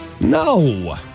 No